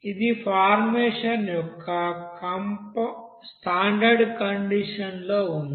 ఇది ఫార్మేషన్ యొక్క standard condition లో ఉంది